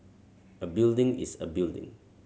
a building is a building